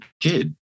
kid